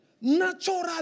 Natural